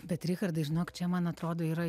bet richardai žinok čia man atrodo yra